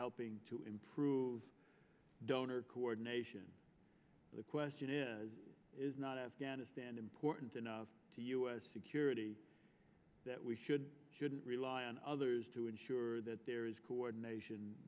helping to improve donor coordination the question is is not afghanistan important enough to us security that we should shouldn't rely on others to ensure that there is coordination